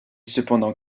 cependant